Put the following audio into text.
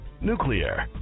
nuclear